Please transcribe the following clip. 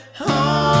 home